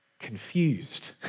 confused